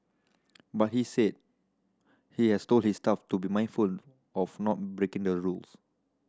but he said he has told his staff to be mindful of not breaking the rules